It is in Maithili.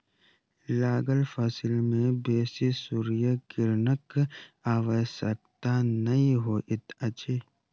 लागल फसिल में बेसी सूर्य किरणक आवश्यकता नै होइत अछि